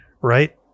Right